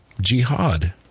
Jihad